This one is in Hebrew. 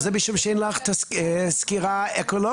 אבל זה משום שאין לך סקירה אקולוגית,